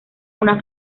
una